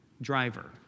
driver